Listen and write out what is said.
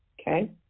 okay